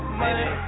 money